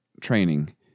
training